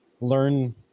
learn